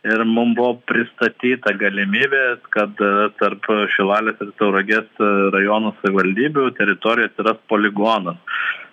ir mum buvo pristatyta galimybė kad tarp šilalės tauragės rajonų savivaldybių teritorijoj atsiras poligonas